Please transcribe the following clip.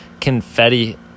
confetti